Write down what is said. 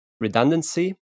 redundancy